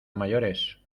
mayores